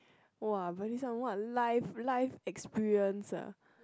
!wah! very some what life life experience ah